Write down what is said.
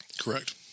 Correct